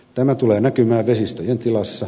tämä tulee näkymään vesistöjen tilassa